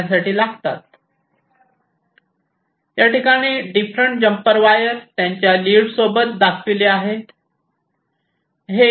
याठिकाणी different jumper wire त्यांच्या lead सोबत दाखविले आहे